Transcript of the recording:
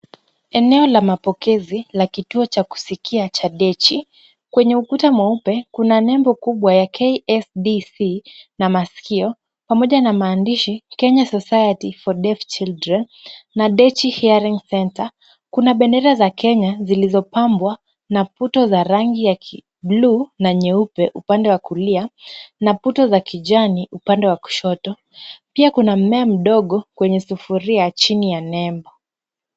Eneo la mapokezi la kituo cha kuskia cha dechi. Kwenye ukuta mweupe kuna nembo kubwa ya KSDC na maskio pamoja na maandishi Kenya society for deaf children na dechi hearing centre . Kuna bendera za kenya zilizopambwa na puto za rangi ya bluu na nyeupe upande wa kulia na puto za kijani upande wa kushoto. Pia kuna mmea mdogo kwenye sufuria chini ya nembo.